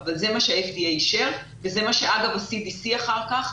אבל זה מה שה-FDA אישר וזה מה שה-CBCאחר כך,